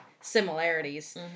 similarities